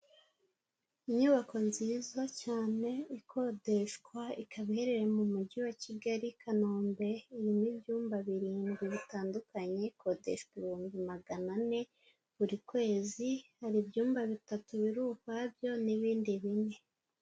Inyubako nziza cyane ikodeshwa, ikaba iherereye mu mujyi wa Kigali Kanombe, irimo ibyumba birindwi bitandukanye, ikodeshwa ibihumbi magana ane buri kwezi, hari ibyumba bitatu biri ukwabyo n'ibindi bine.